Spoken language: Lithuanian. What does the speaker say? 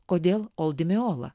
kodėl ol di meola